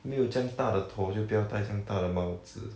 没有这样大的头就不要戴这样大的帽子